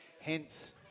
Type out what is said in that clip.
Hence